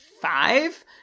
five